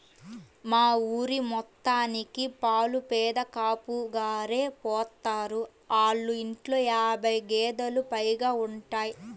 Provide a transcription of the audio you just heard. మా ఊరి మొత్తానికి పాలు పెదకాపుగారే పోత్తారు, ఆళ్ళ ఇంట్లో యాబై గేదేలు పైగా ఉంటయ్